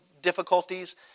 difficulties